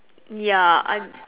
ya I'm